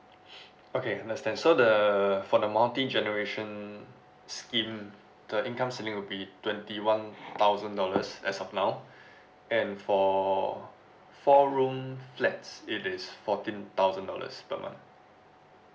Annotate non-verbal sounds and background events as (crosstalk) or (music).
(noise) okay understand so the for the multi generation scheme the income ceiling will be twenty one thousand dollars as of now and for four room flats it is fourteen thousand dollars per month